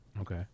Okay